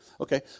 Okay